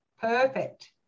Perfect